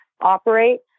operate